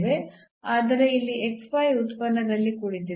ಆದರೆ ಇಲ್ಲಿ ಉತ್ಪನ್ನದಲ್ಲಿ ಕುಳಿತಿದೆ